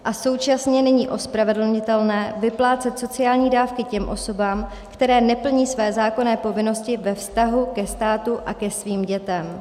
A současně není ospravedlnitelné vyplácet sociální dávky těm osobám, které neplní své zákonné povinnosti ve vztahu ke státu a ke svým dětem.